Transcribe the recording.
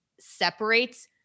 separates